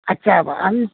আচ্ছা আমি